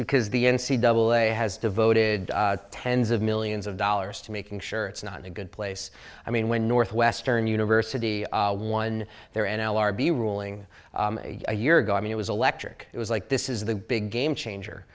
because the n c double a has devoted tens of millions of dollars to making sure it's not a good place i mean when northwestern university one there n l r b ruling a year ago i mean it was electric it was like this is the big game changer